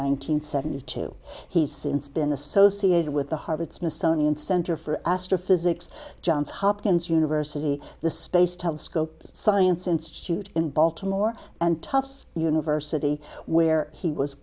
hundred seventy two he's since been associated with the harvard smithsonian center for astrophysics johns hopkins university the space telescope science institute in baltimore and tufts university where he was